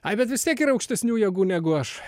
ai bet vis tiek yra aukštesnių jėgų negu aš